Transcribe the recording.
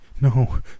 No